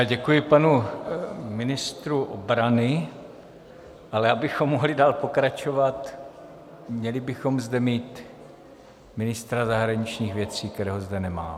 Děkuji panu ministru obrany, ale abychom mohli dál pokračovat, měli bychom zde mít ministra zahraničních věcí, kterého zde nemáme.